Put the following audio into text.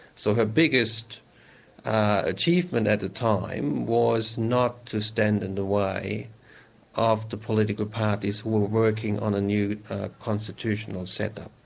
so her biggest achievement at the time was not to stand in the way of the political parties who were working on a new constitutional set-up.